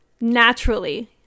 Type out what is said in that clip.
naturally